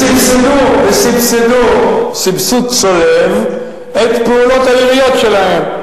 וסבסדו סבסוד צולב את פעולות העיריות שלהם,